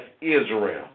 Israel